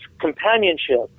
companionship